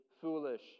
foolish